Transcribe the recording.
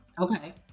okay